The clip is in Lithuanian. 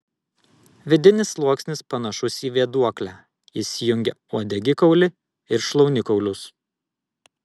vidinis sluoksnis panašus į vėduoklę jis jungia uodegikaulį ir šlaunikaulius